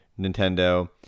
Nintendo